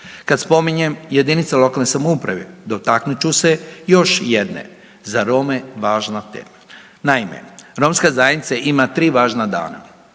Kad spominjem jedinice lokalne samouprave dotaknut ću se još jedne za Rome važna tema. Naime, romska zajednica ima 3 važna dana,